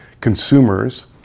consumers